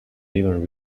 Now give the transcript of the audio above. even